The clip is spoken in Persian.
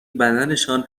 بدنشان